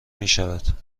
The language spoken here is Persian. میشود